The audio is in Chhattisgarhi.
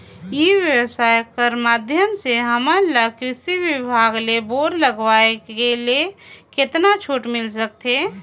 ई व्यवसाय कर माध्यम से हमन ला कृषि विभाग ले बोर लगवाए ले कतका छूट मिल सकत हे?